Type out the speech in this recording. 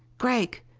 gregg.